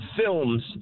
films